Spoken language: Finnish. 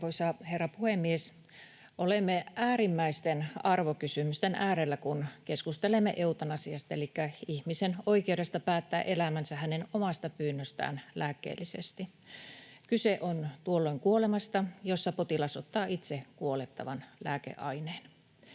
Arvoisa herra puhemies! Olemme äärimmäisten arvokysymysten äärellä, kun keskustelemme eutanasiasta elikkä ihmisen oikeudesta päättää elämänsä omasta pyynnöstään lääkkeellisesti. Kyse on tuolloin kuolemasta, jossa potilas ottaa itse kuolettavan lääkeaineen.